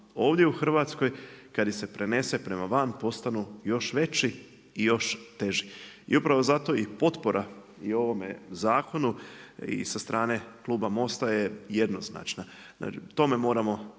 ovdje u Hrvatskoj, kada ih se prenese prema van postanu još veći i još teži. I upravo zato i potpora i ovome zakonu i sa strane kluba MOST-a je jednoznačna. Tome moramo